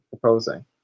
proposing